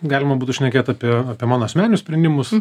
galima būtų šnekėt apie apie mano asmeninius sprendimus